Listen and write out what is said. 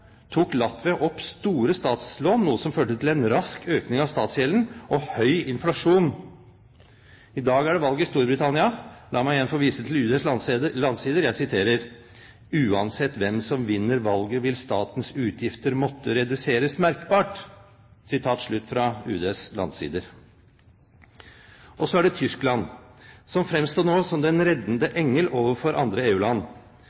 tok Latvia opp store statslån, noe som førte til en rask økning av statsgjelden og høy inflasjon. I dag er det valg i Storbritannia. La meg igjen få vise til Utenriksdepartementets landsider – jeg siterer derfra: «Uansett hvem som vinner valget , vil statens utgifter måtte reduseres merkbart Så er det Tyskland, som nå fremstår som den reddende